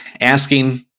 asking